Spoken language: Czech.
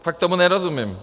Fakt tomu nerozumím.